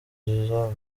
zizaba